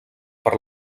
per